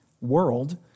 world